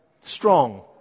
strong